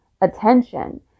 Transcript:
attention